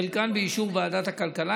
חלקן באישור ועדת הכלכלה.